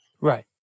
Right